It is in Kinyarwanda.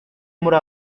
muri